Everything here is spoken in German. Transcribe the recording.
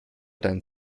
deinen